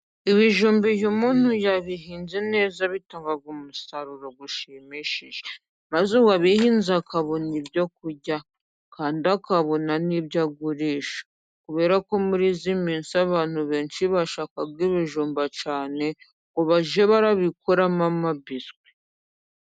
Ibijumba iyo umuntu yabihinze neza bitanga umusaruro ushimishije, maze uwabihinze akabona ibyo kurya, kandi akabona n'ibyo agurisha. Kubera ko muri iyi minsi abantu benshi bashaka ibijumba cyane, ngo bajye babikoramo biswi.